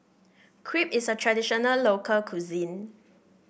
crepe is a traditional local cuisine